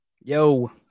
Yo